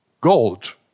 gold